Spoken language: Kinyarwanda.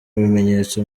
bimenyetso